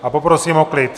A poprosím o klid.